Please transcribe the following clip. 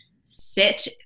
sit